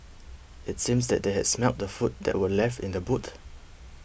it seemed that they had smelt the food that were left in the boot